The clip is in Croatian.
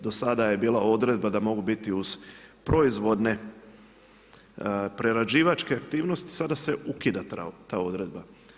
Do sada je bila odredba da mogu biti uz proizvodne prerađivačke aktivnosti, sada se ukida ta odredba.